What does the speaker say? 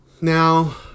now